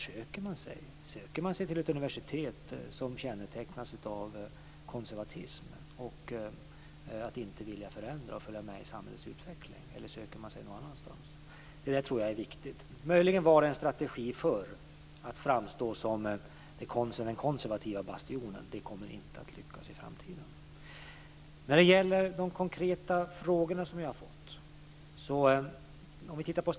Söker man sig till ett universitet som kännetecknas av konservatism och av en ovilja att förändra och följa med i samhällets utveckling? Eller söker man sig någon annanstans? Detta tror jag är viktigt. Möjligen var det förr en strategi att framstå som den konservativa bastionen men det kommer inte att lyckas i framtiden. Jag har fått en del konkreta frågor.